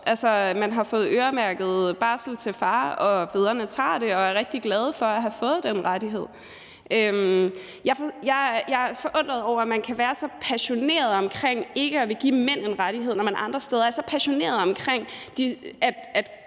Man har fået øremærket barsel til far, og fædrene tager den og er rigtig glade for at have fået den rettighed. Jeg er forundret over, at man kan være så passioneret omkring ikke at ville give mænd en rettighed, når man andre steder er så passioneret omkring, at